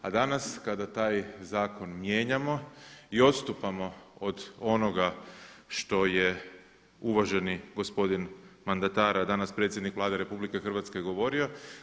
A danas kada taj zakon mijenjamo i odstupamo od onoga što je uvaženi gospodin mandatar a danas predsjednik Vlade RH govorio.